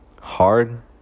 hard